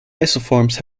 isoforms